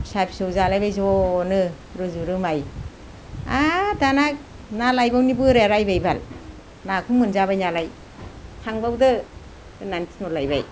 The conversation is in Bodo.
फिसा फिसौ जालायबाय ज'नो रुजु रुमाय आरो दाना ना लायबावैनि बोराया रायबाय बाल नाखौ मोनजाबाय नालाय थांबावदो होननानै थिनहरलायबाय